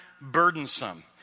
burdensome